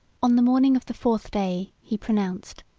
on the morning of the fourth day, he pronounced,